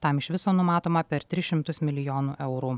tam iš viso numatoma per tris šimtus milijonų eurų